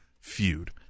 feud